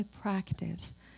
practice